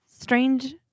strange